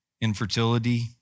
infertility